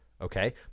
Okay